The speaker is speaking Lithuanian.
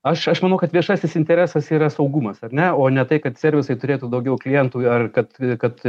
aš aš manau kad viešasis interesas yra saugumas ar ne o ne tai kad servisai turėtų daugiau klientų ar kad kad